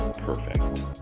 perfect